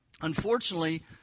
Unfortunately